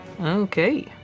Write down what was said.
Okay